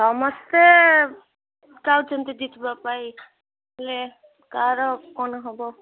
ସମସ୍ତେ ଚାହୁଁଛନ୍ତି ଜିତିବା ପାଇଁ ହେଲେ କାହାର କ'ଣ ହେବ